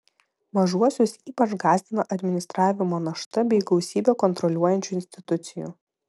mažuosius ypač gąsdina administravimo našta bei gausybė kontroliuojančių institucijų